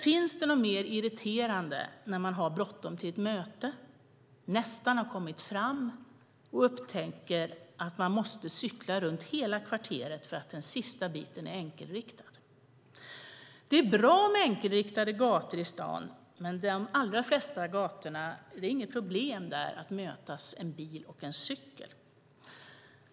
Finns det något mer irriterande än att, när man har bråttom till ett möte och nästan kommit fram, upptäcka att man måste cykla runt hela kvarteret för att den sista biten är enkelriktad? Det är bra med enkelriktade gator i staden, men på de allra flesta gatorna är det inget problem för en cykel och en bil att mötas.